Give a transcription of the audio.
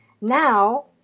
now